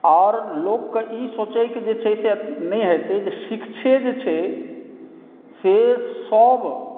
आर लोकके ई सोचयक जे नहि हेतै जे शिक्षे जे छै से सब